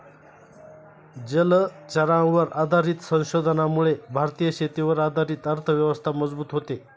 जलचरांवर आधारित संशोधनामुळे भारतीय शेतीवर आधारित अर्थव्यवस्था मजबूत होते